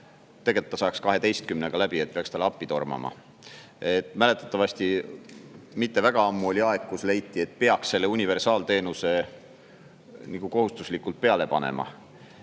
tegelikult ta saaks 12-ga läbi, peaks talle appi tormama. Mäletatavasti mitte väga ammu oli aeg, kui leiti, et peaks selle universaalteenuse nagu kohustuslikult peale panema.